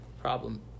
Problem